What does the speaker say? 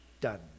Done